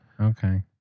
Okay